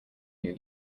new